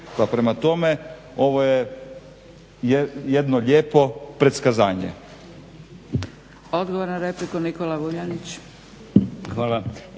Pa prema tome ovo je jedno lijepo pretkazanje.